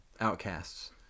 outcasts